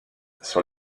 sur